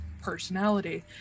personality